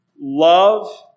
love